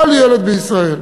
כל ילד בישראל.